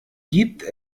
gibt